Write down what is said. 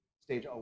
stage